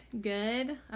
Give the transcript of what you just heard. good